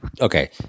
okay